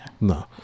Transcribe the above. No